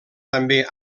també